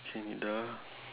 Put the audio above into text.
K ni dah